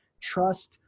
trust